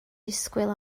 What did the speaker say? disgwyl